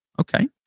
Okay